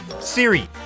Siri